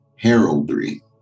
Heraldry